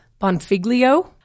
Bonfiglio